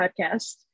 podcast